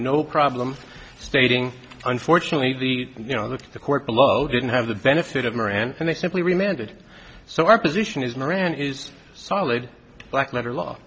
no problem stating unfortunately the you know that the court below didn't have the benefit of moran's and they simply remanded so our position is moran is solid black letter law